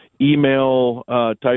email-type